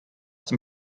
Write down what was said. dem